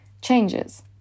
changes